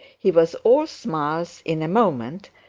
he was all smiles in a moment,